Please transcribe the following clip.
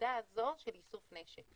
בנקודה הזו של איסוף נשק.